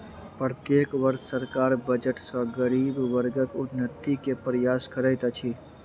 प्रत्येक वर्ष सरकार बजट सॅ गरीब वर्गक उन्नति के प्रयास करैत अछि